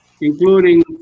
including